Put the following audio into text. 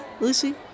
Lucy